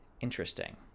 Interesting